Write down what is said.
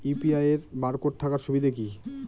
UPI এর barcode থাকার সুবিধে কি?